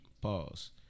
pause